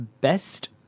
Best